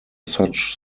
such